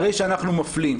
הרי שאנחנו מפלים.